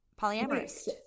polyamorous